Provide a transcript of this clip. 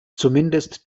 zumindest